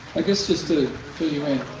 i guess just to fill you in.